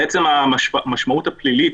נוכל לשקול בהמשך גם את האפשרות להשתמש בכלי הפלילי